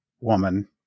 woman